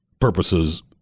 purposes